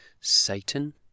Satan